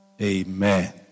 Amen